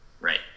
Right